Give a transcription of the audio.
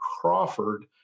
Crawford